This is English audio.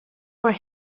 for